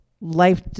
life